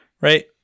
right